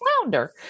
flounder